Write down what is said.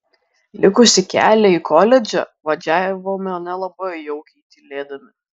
likusį kelią į koledžą važiavome nelabai jaukiai tylėdami